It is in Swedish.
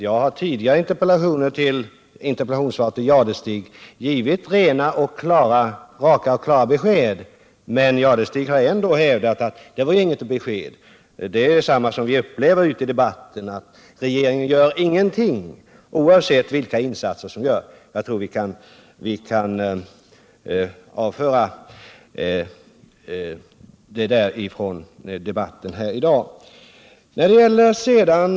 Jag har i tidigare interpellationssvar till Thure Jadestig givit raka och klara besked, men Thure Jadestig har ändå hävdat att jag inte har givit något besked. Det är samma sak som vi upplever i andra debatter — regeringen gör ingenting, oavsett vilka insatser som görs. Jag tror att vi kan avföra sådana argument från debatten i dag.